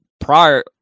prior